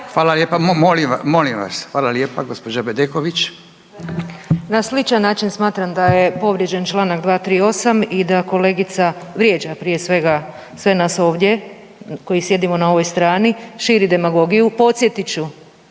Hvala lijepa. Molim vas! Hvala lijepa. Gospođa Bedeković. **Bedeković, Vesna (HDZ)** Na sličan način smatram da je povrijeđen članak 238. I da kolegica vrijeđa prije svega sve nas ovdje koji sjedimo na ovoj strani, širi demagogiju. Podsjetit